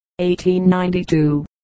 1892